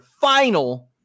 final